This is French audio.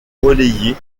relayée